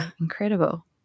incredible